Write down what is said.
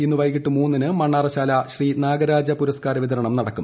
ഇന്ന് വൈകിട്ട് ദ ന് മണ്ണാറശാല ശ്രീ നാഗരാജ പുരസ്കാര വിതരണം നടക്കും